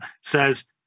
says